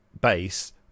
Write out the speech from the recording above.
base